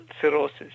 cirrhosis